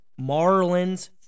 Marlins